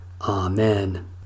Amen